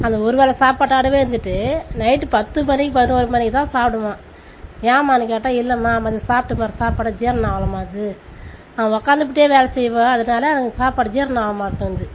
அந்த ஒரு வேளை சாப்பாட்டோட இருந்துட்டு நைட்டு பத்து மணிக்கு பதினோரு மணிக்கு தான் சாப்பிடுவான் ஏம்மான்னு கேட்டால் இல்லைம்மா மதியம் சாப்பிட்டேன் பார் சாப்பாடே ஜீரணம் ஆகலம்மா அது அவன் உட்காந்துக்கிட்டே வேலை செய்வான் அதனால அவனுக்கு சாப்பாடு ஜீரணம் ஆக மாட்டேன்து